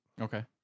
Okay